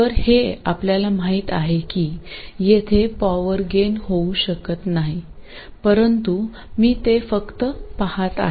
तर हे आपल्याला माहित आहे की येथे पॉवर गेन होऊ शकत नाही परंतु मी ते फक्त पाहत आहे